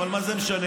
אבל מה זה משנה?